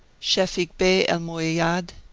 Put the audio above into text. shefik bey el moweyyad,